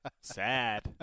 Sad